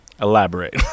Elaborate